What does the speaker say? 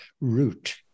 Root